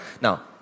Now